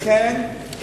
לכן,